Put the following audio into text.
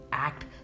act